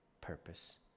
purpose